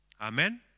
amen